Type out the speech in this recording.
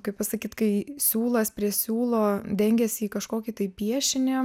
kaip pasakyt kai siūlas prie siūlo dengiasi į kažkokį tai piešinį